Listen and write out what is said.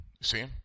See